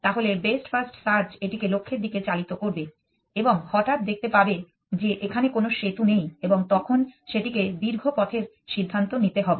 তাহলে best first search এটিকে লক্ষ্যের দিকে চালিত করবে এবং হঠাৎ দেখতে পাবে যে এখানে কোনও সেতু নেই এবং তখন সেটিকে দীর্ঘ পথের সিদ্ধান্ত নিতে হবে